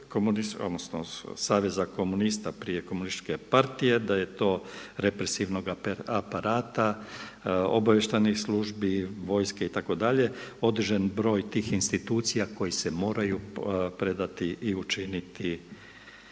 odnosno Saveza komunista prije komunističke partije, da je to represivnog aparata, obavještajnih službi, vojske itd. određeni broj tih institucija koji se moraju predati i učiniti